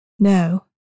No